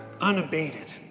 unabated